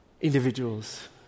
individuals